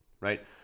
right